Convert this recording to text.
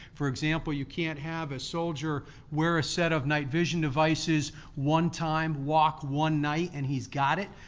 for example, you can't have a soldier wear a set of night vision devices one time, walk one night and he's got it.